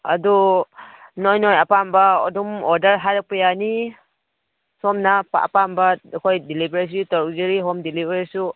ꯑꯗꯣ ꯅꯣꯏ ꯅꯣꯏ ꯑꯄꯥꯝꯕ ꯑꯣꯗꯔ ꯍꯥꯏꯔꯛꯄ ꯌꯥꯅꯤ ꯁꯣꯝꯅ ꯑꯄꯥꯝꯕ ꯗꯤꯂꯤꯕꯔꯤ ꯇꯧꯖꯔꯤ ꯍꯣꯝ ꯗꯤꯂꯤꯕꯔꯤꯁꯨ